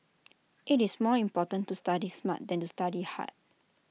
IT is more important to study smart than to study hard